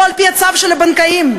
לא על-פי הצו של הבנקאים,